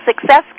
success